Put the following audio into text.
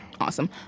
awesome